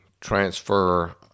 transfer